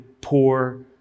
poor